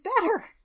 better